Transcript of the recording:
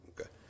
Okay